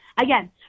again